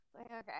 Okay